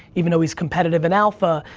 even though, he's competitive and alpha,